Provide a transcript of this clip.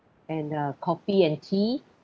and uh coffee and tea